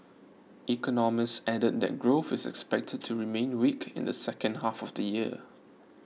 economists added that growth is expected to remain weak in the second half of the year